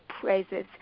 praises